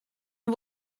der